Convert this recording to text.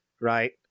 right